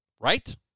Right